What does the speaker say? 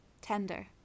tender